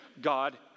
God